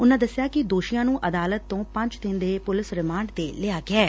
ਉਨਾਂ ਦਸਿਆ ਕਿ ਦੋਸ਼ੀਆਂ ਨੂੰ ਅਦਾਲਤ ਤੋ ਪੰਜ ਦਿਨ ਦੇ ਪੁਲਿਸ ਰਿਮਾਂਡ ਤੇ ਲਿਆ ਗਿਐ